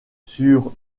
sur